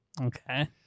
Okay